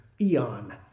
eon